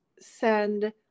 send